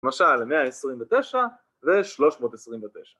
‫למשל, 129 ו-329.